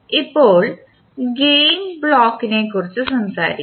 ഇപ്പോൾ ഗെയിൻ ബ്ലോക്കിനെക്കുറിച്ച് സംസാരിക്കാം